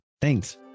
Thanks